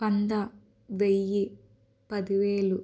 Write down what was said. వంద వెయ్యి పదివేలు